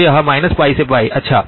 तो यह होगा π से π अच्छा